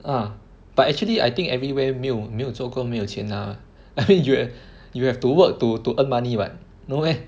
uh but actually I think everywhere 没有没有做工没有钱拿 ah I mean you have you have to work to to earn money [what] no meh